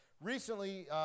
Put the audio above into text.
Recently